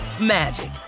magic